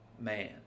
man